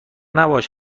نباش